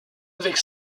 avec